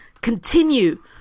continue